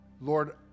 Lord